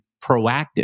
proactive